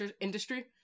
industry